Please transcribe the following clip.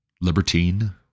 libertine